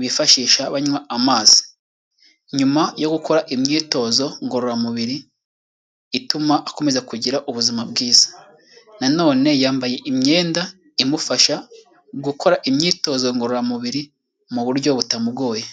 bifashisha banywa amazi nyuma yo gukora imyitozo ngororamubiri ituma akomeza kugira ubuzima bwiza, nanone yambaye imyenda imufasha gukora imyitozo ngororamubiri mu buryo butamugoye.